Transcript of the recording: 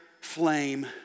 flame